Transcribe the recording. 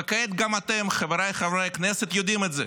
וכעת גם אתם, חבריי חברי הכנסת, יודעים את זה.